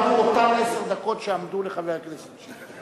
גם לרשותך יעמדו אותן עשר דקות שעמדו לרשות חבר הכנסת שטרית.